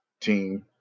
team